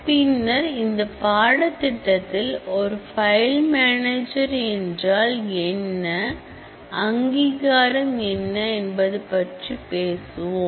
பின்னர் இந்த பாடத்திட்டத்தில் ஒரு ஃபைல்மேனேஜர் என்றால் என்ன அங்கீகாரம் என்ன என்பது பற்றி பேசுவோம்